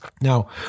Now